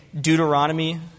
Deuteronomy